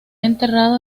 enterrado